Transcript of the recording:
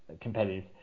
competitive